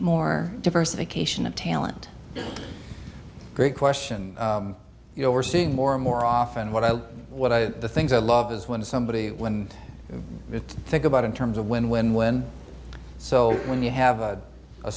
more diversification of talent great question you know we're seeing more and more often what i what i the things i love is when somebody when you think about in terms of when when when so when you have a